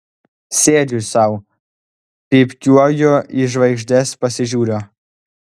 sėdžiu sau pypkiuoju į žvaigždes pasižiūriu